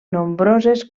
nombroses